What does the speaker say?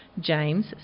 James